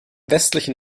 westlichen